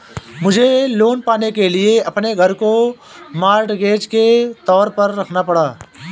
मुझे लोन पाने के लिए अपने घर को मॉर्टगेज के तौर पर रखना पड़ा